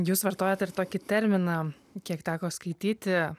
jūs vartojat ir tokį terminą kiek teko skaityti